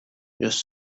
yes